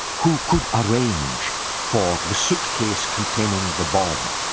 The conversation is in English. who could arrange for the suitcase containing the bomb,